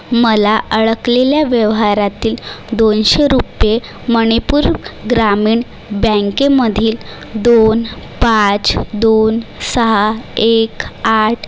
मला अडकलेल्या व्यवहारातील दोनशे रुपये माणिपूर ग्रामीण बँकेमधील दोन पाच दोन सहा एक आठ